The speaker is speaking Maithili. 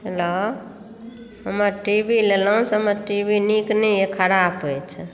हैलो हमर टी वी लेलहुँ से हमर टी वी नीक नहि अहि खराब अछि